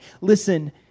Listen